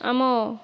ଆମ